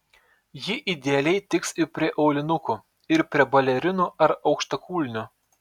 ji idealiai tiks ir prie aulinukų ir prie balerinų ar aukštakulnių